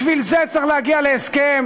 בשביל זה צריך להגיע להסכם.